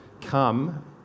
come